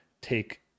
take